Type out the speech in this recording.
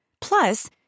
Plus